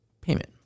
payment